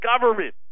government